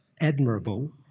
admirable